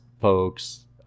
folks